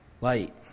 light